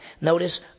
Notice